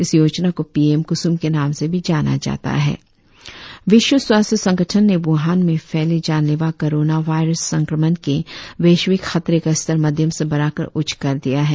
इस योजना को पीएम कुसुम के नाम से भी जाना जाता है विश्व स्वास्थ्य संगठन ने वुहान में फैले जानलेवा कोरोना वायरस संक्रमण के वैश्विक खतरे का स्तर मध्यम से बढ़ाकर उच्च कर दिया है